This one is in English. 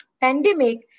pandemic